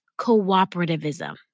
cooperativism